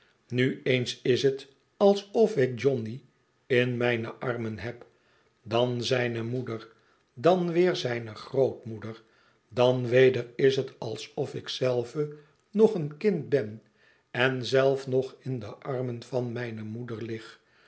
nu eens is het alsof ik johcny in mijne armen heb dan zijne moeder dan weer zijne grootmoeder dan weder is het alsof ik zelve nog een kind ben en zelf nog in de armen van mijne moeder lig